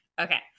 Okay